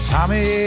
Tommy